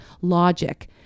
logic